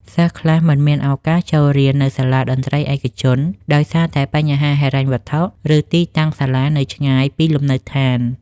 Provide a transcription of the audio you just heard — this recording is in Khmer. សិស្សខ្លះមិនមានឱកាសចូលរៀននៅសាលាតន្ត្រីឯកជន ដោយសារតែបញ្ហាហិរញ្ញវត្ថុ ឬទីតាំងសាលានៅឆ្ងាយពីលំនៅដ្ឋាន។